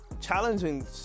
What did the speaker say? Challenging